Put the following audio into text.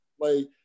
play